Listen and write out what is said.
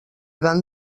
van